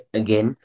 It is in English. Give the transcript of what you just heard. again